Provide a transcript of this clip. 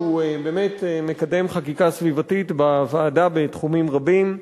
שהוא באמת מקדם חקיקה סביבתית בוועדה בתחומים רבים.